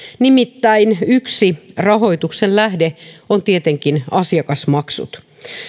nimittäin yksi rahoituksen lähde ovat tietenkin asiakasmaksut